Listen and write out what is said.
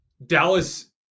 Dallas